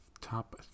top